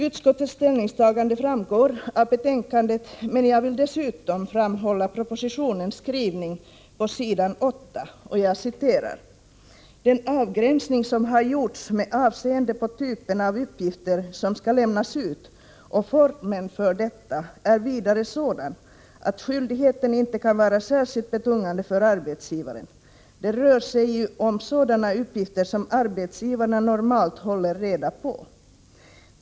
Utskottets ställningstagande framgår av betänkandet, men jag vill dessutom framhålla propositionens skrivning på s. 8: ”Den avgränsning som har gjorts med avseende på typen av uppgifter som skall lämnas ut och formen för detta är vidare sådan att skyldigheten inte kan vara särskilt betungande för arbetsgivaren. Det rör sig ju om sådana uppgifter som arbetsgivarna normalt håller reda på.